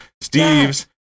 steve's